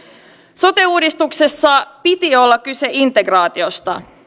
sote uudistuksessa piti olla kyse integraatiosta